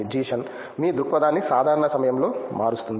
జీషన్ మీ దృక్పథాన్ని సాధారణ సమయంలో మారుస్తుంది